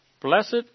Blessed